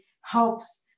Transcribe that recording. helps